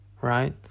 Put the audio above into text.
right